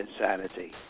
insanity